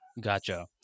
Gotcha